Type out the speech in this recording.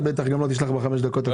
היא בטח גם לא תשלח בחמש דקות הקרובות.